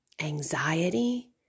anxiety